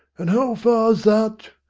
and how far's that?